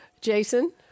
Jason